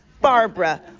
Barbara